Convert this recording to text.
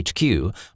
HQ